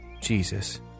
Jesus